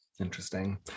Interesting